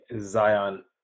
Zion